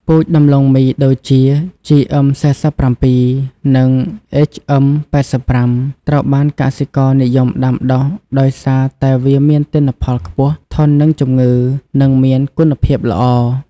ពូជដំឡូងមីដូចជា GM 47 និង HM 85 ត្រូវបានកសិករនិយមដាំដុះដោយសារតែវាមានទិន្នផលខ្ពស់ ធន់នឹងជំងឺ និងមានគុណភាពល្អ។